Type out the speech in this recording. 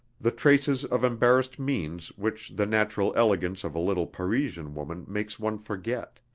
the traces of embarrassed means which the natural elegance of a little parisian woman makes one forget.